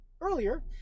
earlier